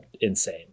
insane